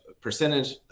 percentage